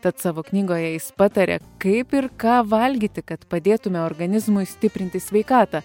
tad savo knygoje jis patarė kaip ir ką valgyti kad padėtume organizmui stiprinti sveikatą